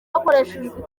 hakoreshejwe